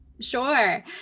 Sure